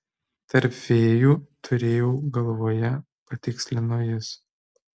tarp fėjų turėjau galvoje patikslino jis